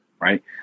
right